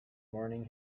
morning